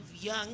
young